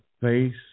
face